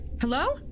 Hello